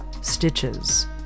Stitches